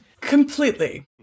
Completely